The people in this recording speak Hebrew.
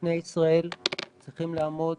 שזקני ישראל צריכים לעמוד